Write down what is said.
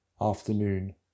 Afternoon